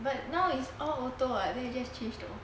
but now it's all auto ah then you just change though